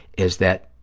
is that